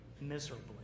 miserably